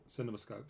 Cinemascope